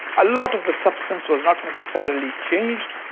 a lot of the substance was not necessarily changed,